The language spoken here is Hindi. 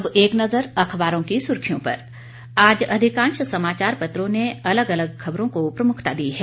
अब एक नजर अखबारों की सुर्खियों पर आज अधिकांश समाचार पत्रों ने अलग अलग खबरों को प्रमुखता दी है